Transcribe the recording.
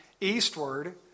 eastward